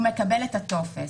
הוא מקבל את הטופס.